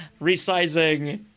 resizing